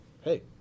hey